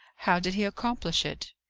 how did he accomplish it?